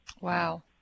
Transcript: Wow